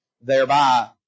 thereby